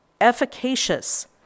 efficacious